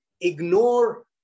ignore